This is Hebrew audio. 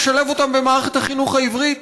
לשלב אותם במערכת החינוך העברית.